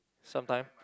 sometime